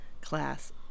class